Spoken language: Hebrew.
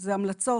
זה המלצות,